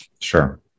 Sure